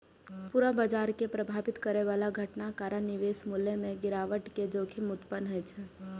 पूरा बाजार कें प्रभावित करै बला घटनाक कारण निवेश मूल्य मे गिरावट के जोखिम उत्पन्न होइ छै